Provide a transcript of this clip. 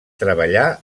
treballar